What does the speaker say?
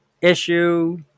issue